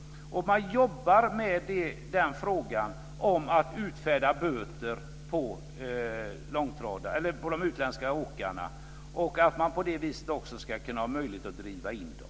Man jobbar med frågan om att utfärda böter på utländska åkare. Man ska på det viset också ha möjlighet att driva in dem.